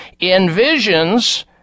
envisions